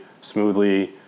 smoothly